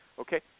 okay